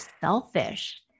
selfish